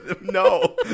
No